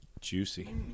Juicy